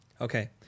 Okay